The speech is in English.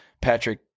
Patrick